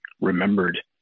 remembered